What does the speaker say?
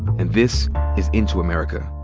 and this is into america.